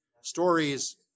stories